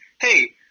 hey